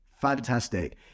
fantastic